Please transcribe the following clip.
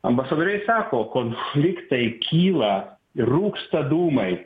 ambasadoriai sako konfliktai kyla ir rūksta dūmai